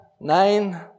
nine